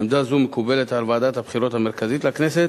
עמדה זו מקובלת על ועדת הבחירות המרכזית לכנסת.